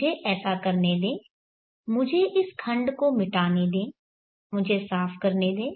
मुझे ऐसा करने दें मुझे इस खंड को मिटाने दें मुझे साफ करने दें